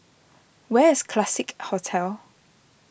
where is Classique Hotel